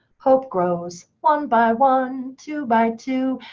hope grows one by one, two by two.